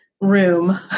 room